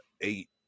eight